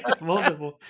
Multiple